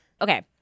Okay